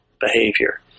behavior